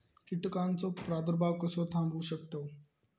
कीटकांचो प्रादुर्भाव कसो थांबवू शकतव?